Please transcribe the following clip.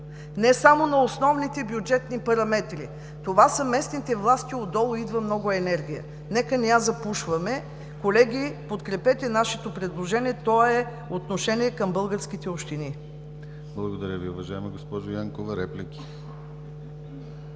не само на основните бюджетни параметри. Това са местните власти. Отдолу идва много енергия. Нека да не я запушваме. Колеги, подкрепете нашето предложение. То е отношение към българските общини. ПРЕДСЕДАТЕЛ ДИМИТЪР ГЛАВЧЕВ: Благодаря Ви, уважаема госпожо Янкова. Реплики?